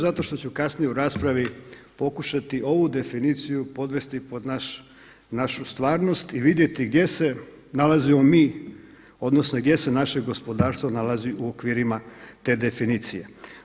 Zato što ću kasnije u raspravi pokušati ovu definiciju podvesti pod našu stvarnost i vidjeti gdje se nalazimo mi odnosno gdje se naše gospodarstvo nalazi u okvirima te definicije.